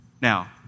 Now